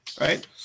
right